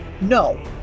No